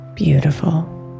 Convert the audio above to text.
beautiful